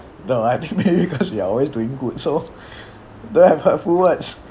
no I think maybe because we always doing good so don't have hurtful words